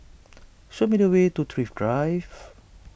show me the way to Thrift Drive